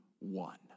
one